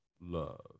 love